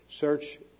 Search